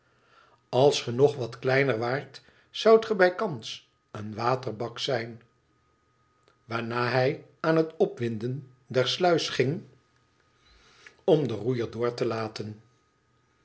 alsgenog wat kleiner waart zoudt ge bijkans een waterbak zijn waarna hij aan het opwinden der sluis ging om den roeier door te laten